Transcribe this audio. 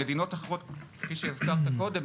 כפי שהזכרת קודם,